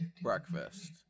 breakfast